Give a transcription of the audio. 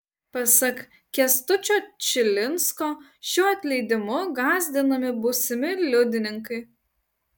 pasak kęstučio čilinsko šiuo atleidimu gąsdinami būsimi liudininkai